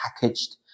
packaged